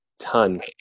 ton